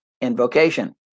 invocation